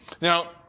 Now